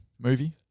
movie